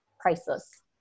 priceless